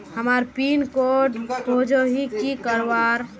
हमार pin code खोजोही की करवार?